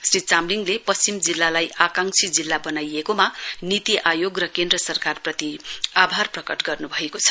श्री चामलिङले पश्चिम जिल्लालाई आकांक्षी जिल्ला बनाइएकोमा नीति आयोग र केन्द्र सरकार प्रति आभार प्रकट गर्न्भएको छ